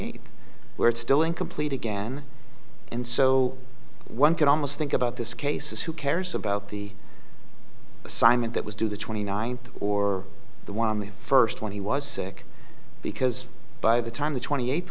eight where it's still incomplete again and so one could almost think about this case is who cares about the assignment that was due the twenty ninth or the one the first when he was sick because by the time the twenty eighth